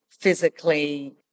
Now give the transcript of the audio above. physically